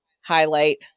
highlight